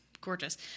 gorgeous